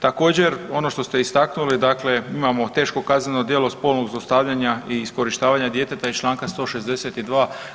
Također, ono što ste istaknuli, dakle imamo teško kazneno djelo spolnog zlostavljanja i iskorištavanja djeteta iz čl. 162.